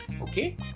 Okay